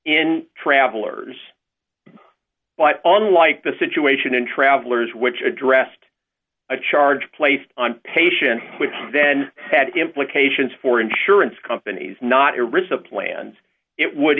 in travelers but on like the situation in travelers which addressed a charge placed on patient which then had implications for insurance companies not arista plans it would